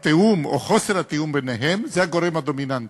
התיאום או חוסר התיאום ביניהם זה הגורם הדומיננטי.